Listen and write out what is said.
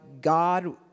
God